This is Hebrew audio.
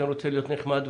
אני רוצה להיות נחמד,